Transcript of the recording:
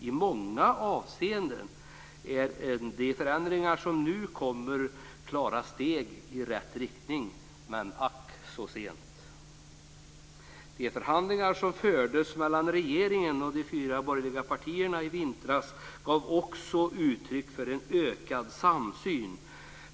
I många avseenden är de förändringar som nu kommer klara steg i rätt riktning, men de kommer ack så sent. De förhandlingar som fördes mellan regeringen och de fyra borgerliga partierna i vintras gav också uttryck för en ökad samsyn.